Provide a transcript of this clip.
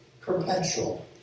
perpetual